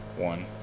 one